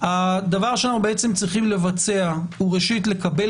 הדבר שאנחנו רוצים לבצע הוא ראשית לקבל